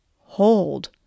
Hold